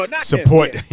support